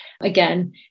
again